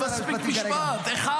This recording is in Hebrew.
מספיק משפט אחד.